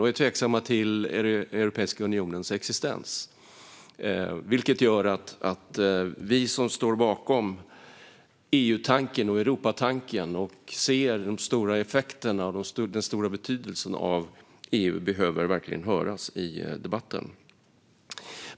De är tveksamma till Europeiska unionens existens, vilket gör att vi som står bakom EU-tanken och Europatanken och som ser de stora effekterna och den stora betydelsen av EU verkligen behöver höras i debatten.